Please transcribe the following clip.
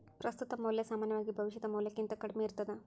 ಪ್ರಸ್ತುತ ಮೌಲ್ಯ ಸಾಮಾನ್ಯವಾಗಿ ಭವಿಷ್ಯದ ಮೌಲ್ಯಕ್ಕಿಂತ ಕಡ್ಮಿ ಇರ್ತದ